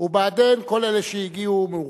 ו"בעדין" כל אלה שהגיעו מאוחר,